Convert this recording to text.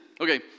okay